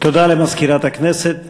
תודה למזכירת הכנסת.